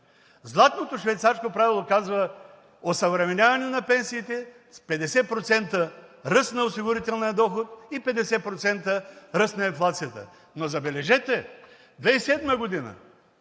Златното швейцарско правило казва: „Осъвременяване на пенсиите с 50% ръст на осигурителния доход и 50% ръст на инфлацията“. Но забележете, 2007 г.